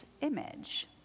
image